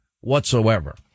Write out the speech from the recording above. whatsoever